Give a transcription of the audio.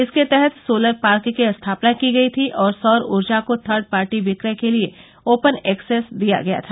इसके तहत solar park की स्थापना की गयी थी और सौर ऊर्जा को थर्ड पार्टी विक्रय के लिए ओपन एक्सेस दिया गया था